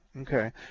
okay